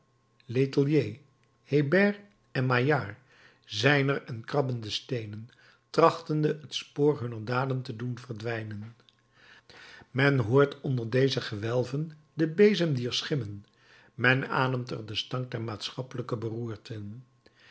letellier hébert en maillard zijn er en krabben de steenen trachtende het spoor hunner daden te doen verdwijnen men hoort onder deze gewelven den bezem dier schimmen men ademt er den stank der maatschappelijke beroerten